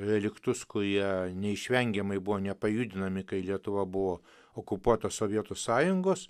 reliktus kurie neišvengiamai buvo nepajudinami kai lietuva buvo okupuota sovietų sąjungos